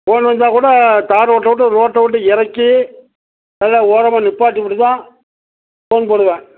phone வந்தால் கூட தார் ரோட்டை விட்டு ரோட்டை விட்டு இறக்கி நல்லா ஓரமாக நிற்பாட்டிப்புட்டு தான் ஃபோன் போடுவேன்